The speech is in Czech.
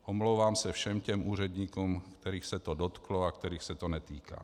Omlouvám se všem těm úředníkům, kterých se to dotklo a kterých se to netýká.